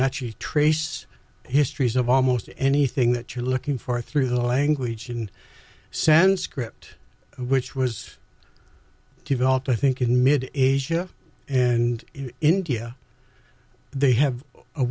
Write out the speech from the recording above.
actually trace histories of almost anything that you're looking for through the language and send script which was developed i think in mid asia and india they have a